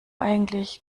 eigentlich